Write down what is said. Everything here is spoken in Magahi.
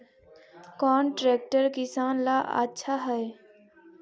कौन ट्रैक्टर किसान ला आछा है?